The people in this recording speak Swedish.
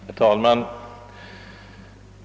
Herr talman!